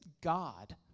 God